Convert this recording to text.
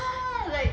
got like